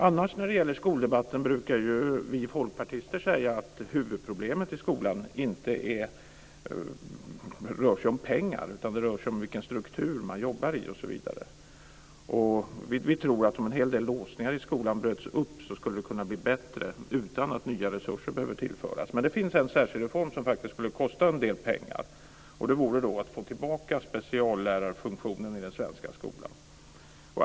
Annars när det gäller skoldebatten brukar ju vi folkpartister säga att huvudproblemet i skolan inte handlar om pengar, utan det handlar om vilka strukturer man jobbar i osv. Vi tror att om en hel del låsningar i skolan bröts upp skulle det kunna bli bättre - utan att nya resurser skulle behöva tillföras. Men det finns en särskild reform som faktiskt skulle kosta en del pengar. Det vore just att få tillbaka speciallärarfunktionen i den svenska skolan.